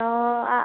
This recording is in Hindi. औ आ